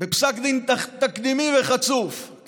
בפסק דין תקדימי וחצוף,